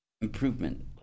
improvement